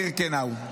בירקנאו.